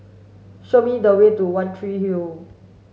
show me the way to One Tree Hill